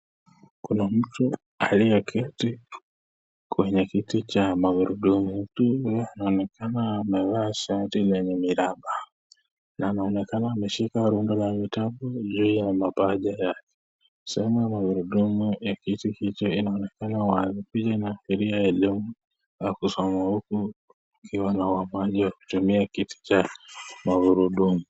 Kuna mtu aliyeketi kwenye kiti cha magurudumu, mtu huyo anaonekana amevaa shati lenye miraba. Na anaonekana ameshika rundo la vitabu mapaja yake, sehemu ya magurudumu ya kiti hicho inaonekana wazi. Picha inaashiria yaliyomo na kusoma huku kukiwa na mahali ya kutumia kiti cha magurudumu.